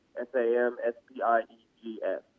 S-A-M-S-P-I-E-G-S